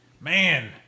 Man